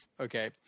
Okay